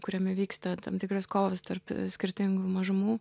kuriame vyksta tam tikros kovos tarp skirtingų mažumų